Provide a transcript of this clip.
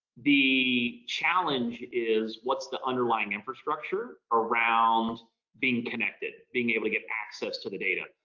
the challenge is what's the underlying infrastructure around being connected, being able to get access to the data.